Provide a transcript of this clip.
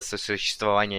сосуществования